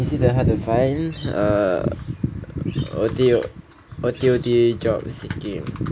is it that hard to find uh O_T_O_T O_T_O_T job seeking